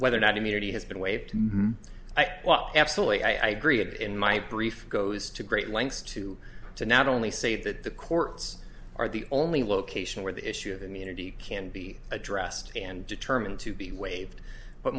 whether or not immunity has been waived i think well absolutely i agree it in my brief goes to great lengths to to not only say that the courts are the only location where the issue of immunity can be addressed and determined to be waived but